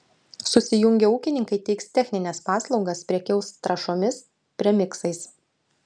susijungę ūkininkai teiks technines paslaugas prekiaus trąšomis premiksais